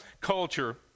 culture